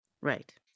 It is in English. Right